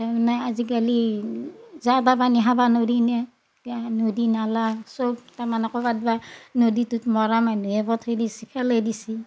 তাৰমানে আজিকালি যা তা পানী খাবা নৰিনে কিয়া নদী নালা চব তাৰমানে ক'বাত বা নদীটোত মৰা মানহুয়ে পঠেই দিছি পেলেই দিছি